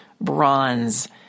bronze